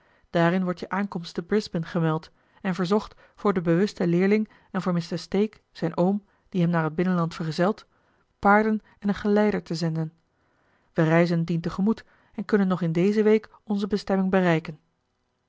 daarin wordt je aankomst te brisbane gemeld en verzocht voor den bewusten leerling en voor mr stake zijn oom die hem naar het binnenland vergezelt paarden en een eli heimans willem roda geleider te zenden wij reizen dien te gemoet en kunnen nog in deze week onze bestemming bereiken